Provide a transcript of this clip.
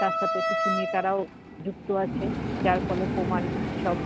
তার সাথে কিছু নেতারাও যুক্ত আছে যার ফলে প্রমাণ সব